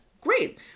great